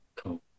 Cool